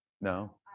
No